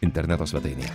interneto svetainėje